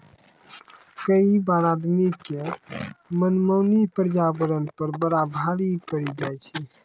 कई बार आदमी के मनमानी पर्यावरण पर बड़ा भारी पड़ी जाय छै